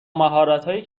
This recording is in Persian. مهارتهایی